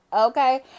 okay